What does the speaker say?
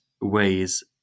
ways